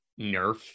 Nerf